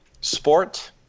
sport